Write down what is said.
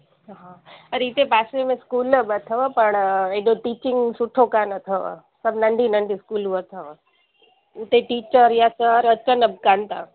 हा अरे हिते पासे में स्कूल बि अथव पर हेॾो टिचिंग सुठो कोन्ह अथव सभु नंढी नंढी स्कूलियूं अथव उते टीचर या सर अचनि त कोन्ह था